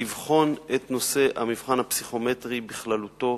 לבחון את נושא המבחן הפסיכומטרי בכללותו.